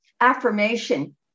affirmation